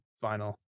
final